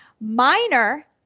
Minor